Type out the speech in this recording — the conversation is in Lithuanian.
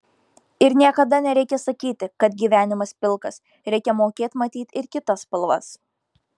ir niekada nereikia sakyti kad gyvenimas pilkas reikia mokėt matyt ir kitas spalvas